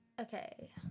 Okay